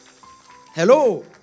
Hello